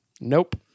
Nope